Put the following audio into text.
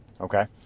okay